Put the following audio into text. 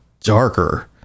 darker